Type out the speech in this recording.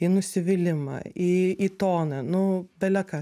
į nusivylimą į į toną nu bele ką